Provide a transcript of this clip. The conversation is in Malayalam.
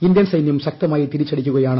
ഇന്ത്യൻ സൈനൃം ശക്തമായി തിരിച്ചടിക്കുകയാണ്